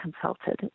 consulted